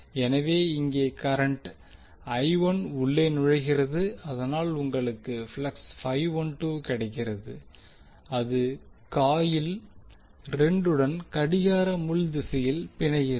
எனவே இங்கே கரண்ட் உள்ளே நுழைகிறது அதனால் உங்களுக்கு ப்ளக்ஸ் கிடைக்கிறது அது காயில் 2 வுடன் கடிகார முள் திசையில் பிணைகிறது